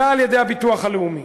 אלא על-ידי הביטוח הלאומי.